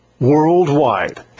Worldwide